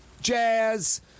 jazz